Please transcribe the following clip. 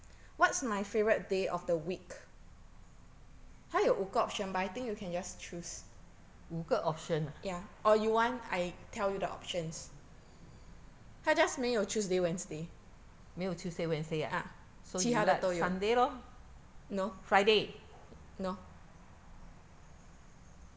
五个 option 啊没有 tuesday wednesday ah so you like sunday loh friday